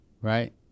right